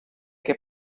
què